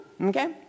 okay